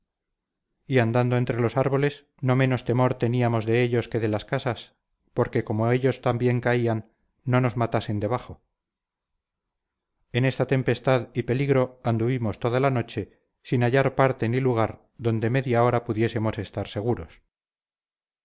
y andando entre los árboles no menos temor teníamos de ellos que de las casas porque como ellos también caían no nos matasen debajo en esta tempestad y peligro anduvimos toda la noche sin hallar parte ni lugar donde media hora pudiésemos estar seguros